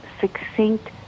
succinct